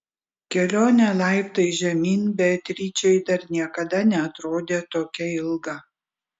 kelionė laiptais žemyn beatričei dar niekada neatrodė tokia ilga